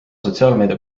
sotsiaalmeedia